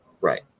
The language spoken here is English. Right